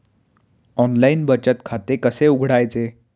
Online बचत खाते कसे उघडायचे?